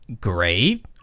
Great